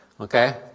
Okay